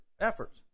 efforts